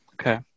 Okay